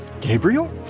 Gabriel